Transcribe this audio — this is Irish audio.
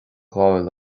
ghabháil